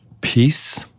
peace